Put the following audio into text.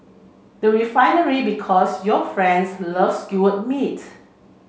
the Refinery Because your friends love skewer meat